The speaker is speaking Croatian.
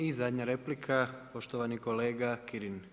I zadnja replika poštovani kolega Kirin.